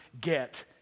get